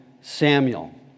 Samuel